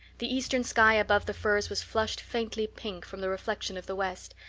the eastern sky above the firs was flushed faintly pink from the reflection of the west,